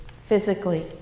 physically